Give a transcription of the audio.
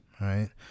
right